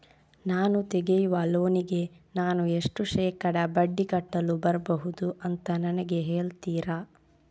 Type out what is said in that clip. ನಾನು ತೆಗಿಯುವ ಲೋನಿಗೆ ನಾನು ಎಷ್ಟು ಶೇಕಡಾ ಬಡ್ಡಿ ಕಟ್ಟಲು ಬರ್ಬಹುದು ಅಂತ ನನಗೆ ಹೇಳ್ತೀರಾ?